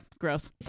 gross